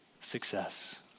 success